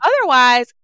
otherwise